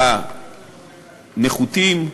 הנחותים,